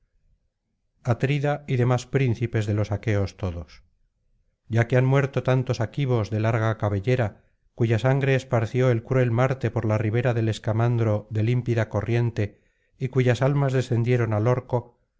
atrida y demás príncipes de los aqueos todos ya que han muerto tantos aquivos de larga cabellera cuya sangre esparció el cruel marte por la ribera del escamandro de límpida corriente y cuyas almas descendieron al orco